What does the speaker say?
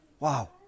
Wow